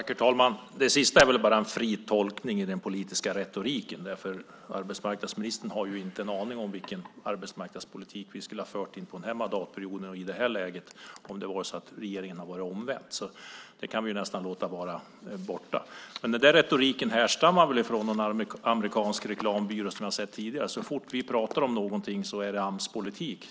Herr talman! Det sista är väl bara en fri tolkning i den politiska retoriken. Arbetsmarknadsministern har ju inte en aning om vilken arbetsmarknadspolitik vi skulle ha fört under den här mandatperioden och i det här läget om regeringsläget hade varit omvänt. Det kan vi låta vara. Retoriken härstammar från någon amerikansk reklambyrå. Jag har sett det tidigare. Så fort vi pratar om något är det Amspolitik.